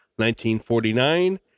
1949